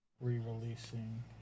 re-releasing